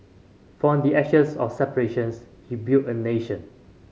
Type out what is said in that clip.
from the ashes of separations he built a nation